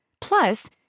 Plus